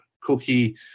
Cookie